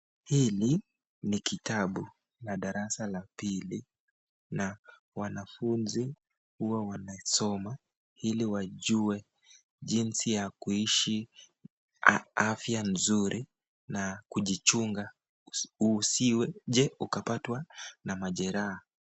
Hii ni kitabu ya darasa la pili na wanafunzi huwa wanasoma hili wajue jinzi ya kuishi afya nzuri, na kujichunga usije ukapata majeraha.